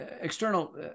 external